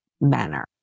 manner